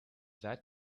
that